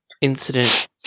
incident